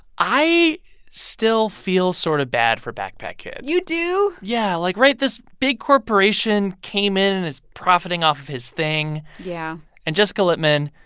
i still feel sort of bad for backpack kid you do yeah. like right? this big corporation came in and is profiting off of his thing yeah and jessica litman,